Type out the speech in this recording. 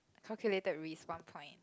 calculated respawn point